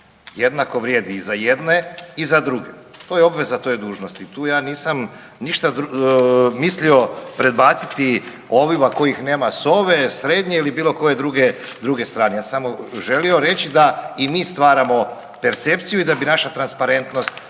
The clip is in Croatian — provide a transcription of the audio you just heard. Jednako vrijedi i za jedne i za druge. To je obveza i to je dužnost i tu ja nisam ništa mislio predbaciti ovima kojih nema s ove, srednje ili bilo koje druge strane. Ja samo želio reći da i mi stvaramo percepciju i da bi naša transparentnost